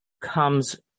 comes